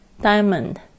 diamond